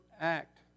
act